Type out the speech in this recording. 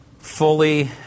Fully